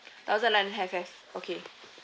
thousand island have have okay